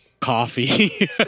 Coffee